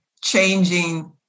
changing